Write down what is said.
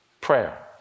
prayer